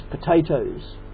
potatoes